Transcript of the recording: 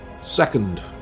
Second